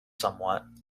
somewhat